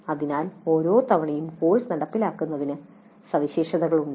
അതിനാൽ ഓരോ തവണയും കോഴ്സ് നടപ്പിലാക്കുന്നതിന് സവിശേഷതകളുണ്ട്